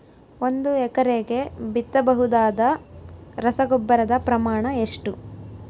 ಒಂದು ಎಕರೆಗೆ ಬಿತ್ತಬಹುದಾದ ರಸಗೊಬ್ಬರದ ಪ್ರಮಾಣ ಎಷ್ಟು?